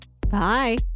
bye